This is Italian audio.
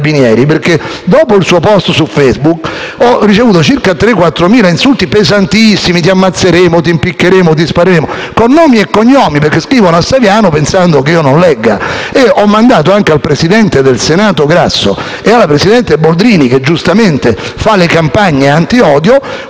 Dopo il suo *post* su Facebook, infatti, ho ricevuto circa 3.000-4.000 insulti pesantissimi («ti ammazzeremo, ti impiccheremo, ti spareremo»), con nomi e cognomi, perché scrivono a Saviano pensando che io non legga. Io ho mandato anche al presidente del Senato Grasso e alla presidente della Camera Boldrini (che giustamente fa le campagne antiodio)